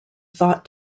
thought